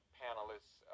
panelists